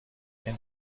این